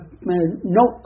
note